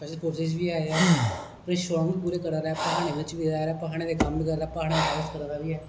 special forces बी ऐ है अपने शौंक बी पूरे करा दा ऐ प्हाडे़ं बिच बी रेहा दा ऐ प्हाडे़ं दे कम्म बी करा दा प्हाडे़ं दा सब कुछ करा दी बी ऐ